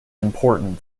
important